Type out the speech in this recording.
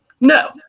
no